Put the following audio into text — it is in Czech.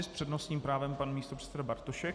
S přednostním právem pan místopředseda Bartošek.